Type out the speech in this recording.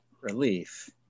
relief